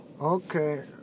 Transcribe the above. Okay